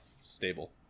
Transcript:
Stable